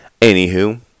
anywho